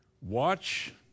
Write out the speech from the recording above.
Watch